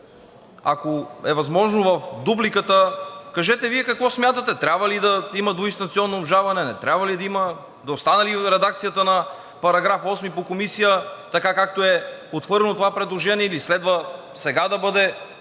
ако е възможно, в дупликата кажете Вие какво смятате – трябва ли да има двуинстанционно обжалване, не трябва ли да има; да остане ли редакцията на § 8 по Комисия, така както е отхвърлено това предложение, или следва сега да бъде